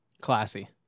classy